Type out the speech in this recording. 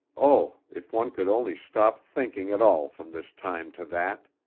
oh, if one could only stop thinking at all from this time to that!